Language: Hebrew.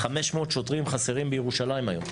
500 שוטרים חסרים בירושלים היום.